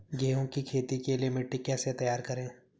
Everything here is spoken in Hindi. गेहूँ की खेती के लिए मिट्टी कैसे तैयार करें?